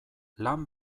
lan